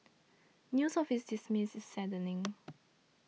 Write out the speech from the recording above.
news of his demise is saddening